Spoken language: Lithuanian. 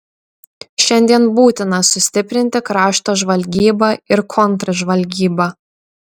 šiandien būtina sustiprinti krašto žvalgybą ir kontržvalgybą